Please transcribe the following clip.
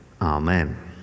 Amen